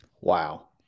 Wow